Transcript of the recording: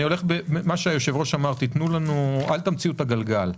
כפי שהיושב-ראש אמר, אל תמציאו את הגלגל.